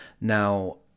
Now